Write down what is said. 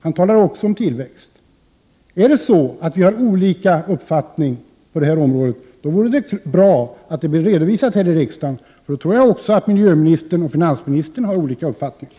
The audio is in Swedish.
Han talar också om tillväxt. Har vi olika uppfattning på detta område vore det bra om det redovisades här i riksdagen. Jag tror att även miljöministern och finansministern har olika uppfattningar.